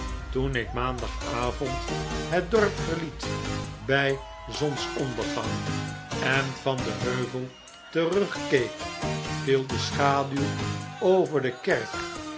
toen ik maandagavond het dorp verliet bjj zonsoriclergang en van den heuvel terugkeek viel de schaduw over de kerk